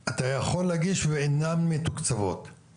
בקצרה, הם לא היו בדיון, הם לא היו חלק מהדיון.